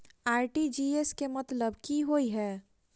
RTGS केँ मतलब की होइ हय?